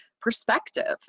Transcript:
perspective